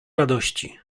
radości